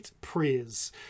prayers